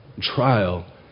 trial